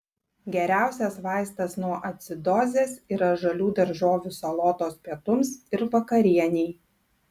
geriausias vaistas nuo acidozės yra žalių daržovių salotos pietums ir vakarienei